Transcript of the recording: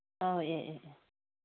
ꯑꯣ